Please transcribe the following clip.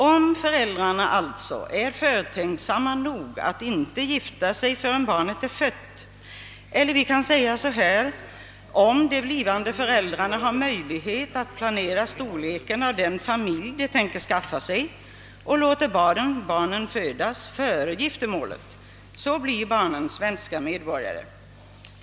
Om föräldrarna är förtänksamma nog att inte gifta sig förrän barnet är fött eller om de blivande föräldrarna har möjlighet att planera storleken av den familj de tänker skaffa sig och låter barnen födas före giftermålet, blir barnen svenska medborgare.